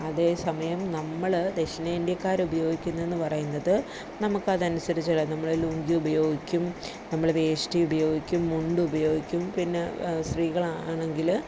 അതേ സമയം നമ്മൾ ദക്ഷിണേന്ത്യക്കാർ ഉപയോഗിക്കുന്നത് എന്ന് പറയുന്നത് നമുക്ക് അതനുസരിച്ചുള്ള നമ്മൾ ലുങ്കി ഉപയോഗിക്കും നമ്മൾ വേഷ്ടി ഉപയോഗിക്കും മുണ്ട് ഉപയോഗിക്കും പിന്നെ സ്ത്രീകൾ ആണെങ്കിൽ